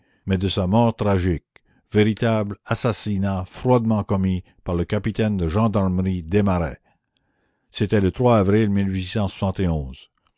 mais de sa mort tragique véritable assassinat froidement commis par le capitaine de gendarmerie desmarets c'était le avril